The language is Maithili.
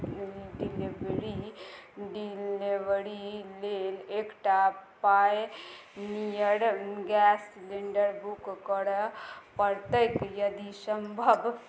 डिलेवरी डिलेवरी लेल एकटा पायनियर गैस सिलेण्डर बुक करै पड़तै यदि सम्भव